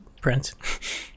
Prince